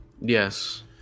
Yes